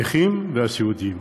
הנכים והסיעודיים,